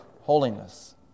holiness